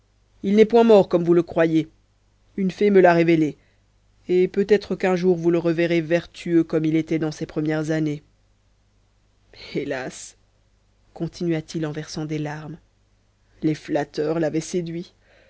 il n'est point mort comme vous le croyez une fée me l'a révélé et peut-être qu'un jour vous le reverrez vertueux comme il était dans ses premières années hélas continua-t-il en versant des larmes les flatteurs l'avaient séduit